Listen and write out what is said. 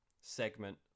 segment